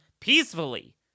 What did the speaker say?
peacefully